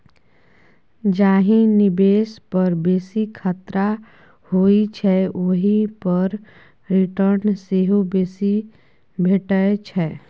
जाहि निबेश पर बेसी खतरा होइ छै ओहि पर रिटर्न सेहो बेसी भेटै छै